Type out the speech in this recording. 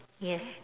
yes